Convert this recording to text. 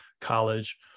college